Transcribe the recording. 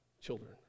children